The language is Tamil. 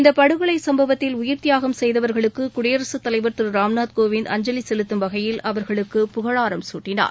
இந்தபடுகொலைசம்பவத்தில் உயிர்த்தியாகம் செய்தவர்களுக்குடியரசுத் தலைவர் திருராம்நாத் கோவிந்த் அஞ்சவிசெலுத்தும் வகையில் அவர்களுக்கு புகழாரம் சூட்டினார்